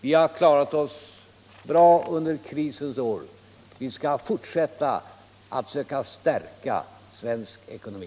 Vi har klarat oss bra under krisens år. Vi skall fortsätta med att försöka stärka svensk ekonomi.